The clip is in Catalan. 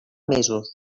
mesos